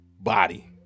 body